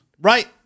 Right